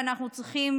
ואנחנו צריכים